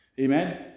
Amen